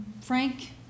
Frank